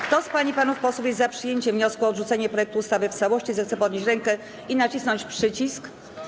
Kto z pań i panów posłów jest za przyjęciem wniosku o odrzucenie projektu ustawy w całości, zechce podnieść rękę i nacisnąć przycisk.